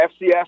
FCS